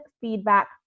Feedback